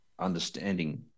understanding